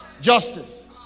justice